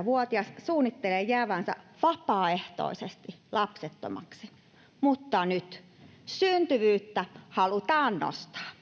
30-vuotias suunnittelee jäävänsä vapaaehtoisesti lapsettomaksi. Mutta nyt syntyvyyttä halutaan nostaa.